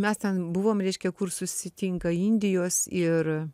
mes ten buvom reiškia kur susitinka indijos ir